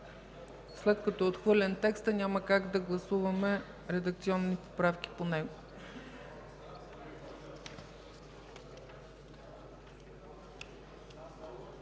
след като е отхвърлен текстът, няма как да гласуваме редакционни поправки по него.